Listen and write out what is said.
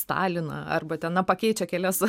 staliną arba ten na pakeičia kelias